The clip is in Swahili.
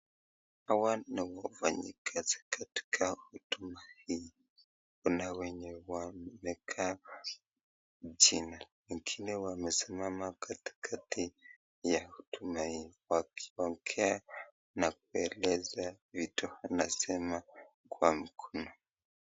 Hawa wafanyikazi katika hoduma hii. Kuna wenye wamekaa chini na kuna wamesimama katikati ya hoduma hii wakiongea na kueleza vitu wanasema kwa mkono.